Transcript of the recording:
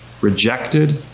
Rejected